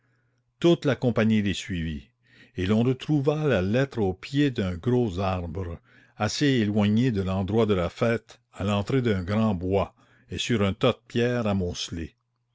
toute la compagnie les suivit et l'on retrouva la lettre au pied d'un gros arbre assez éloigné de l'endroit de la fête à l'entrée d'un grand bois et sur un tas de pierres